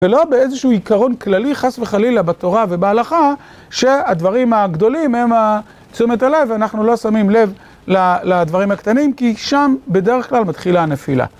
ולא באיזשהו עיקרון כללי חס וחלילה בתורה ובהלכה, שהדברים הגדולים הם תשומת הלב, ואנחנו לא שמים לב לדברים הקטנים, כי שם בדרך כלל מתחילה הנפילה.